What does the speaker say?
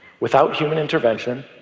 without human intervention,